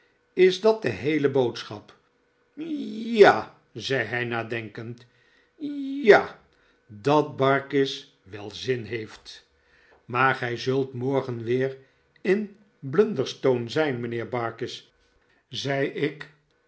is dat de heele boodschap ja a zei hij nadenkend ja a dat barkis wel zin heeft maar gij zult morgen weer in blunderstone zijn mijnheer barkis zei ik